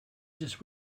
just